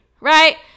Right